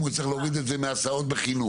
הוא יצטרך להוריד את זה מההסעות בחינוך.